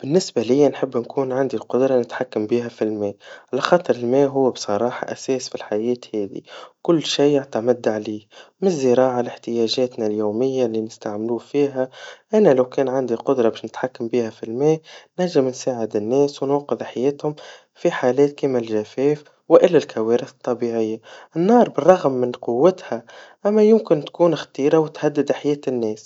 بالنسبال ليا نحب نكون عندي القدرا نتحكم بيها في الما, على خاطر الما هو بصراحا أساس في الحياة هذي, كل يعتمد عليه, مالزراعا لاحتياجاتنا اليوميا, اللي نستعملوه فيها, أنا لو كان عندي القدرة نتحكم بيها في الما, ننجم نساعد الناس ونوقظ حياتهم في حالات كيما الجفاف, وإلا الكوارث الطبيعيا, النار بالرغم من قوتها, أما يمكن تكون خطيرا, وتهدد حياة الناس.